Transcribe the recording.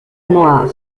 noire